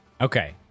Okay